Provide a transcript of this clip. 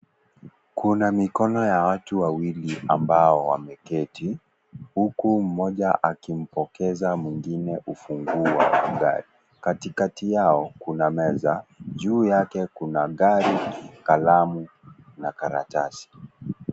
Kuna mikono ya watu wawili ambao wameketi, huku mmoja akimpokeza mwingine ufunguu wa gari, katikati yao kuna meza, juu yake kuna gari, kalamu na karatasi.